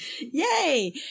yay